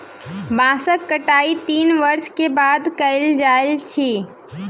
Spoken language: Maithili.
बांसक कटाई तीन वर्ष के बाद कयल जाइत अछि